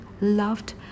loved